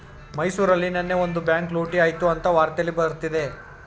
ಮೈಸೂರಲ್ಲಿ ನೆನ್ನೆ ಒಂದು ಬ್ಯಾಂಕ್ ಲೂಟಿ ಆಯ್ತು ಅಂತ ವಾರ್ತೆಲ್ಲಿ ಬರ್ತಿದೆ